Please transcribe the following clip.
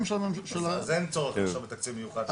של ה- -- אז אין צורך בתקציבים מיוחדים?